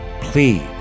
Please